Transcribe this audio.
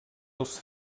els